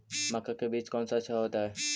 मक्का का बीज कौन सा अच्छा होता है?